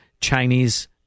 Chinese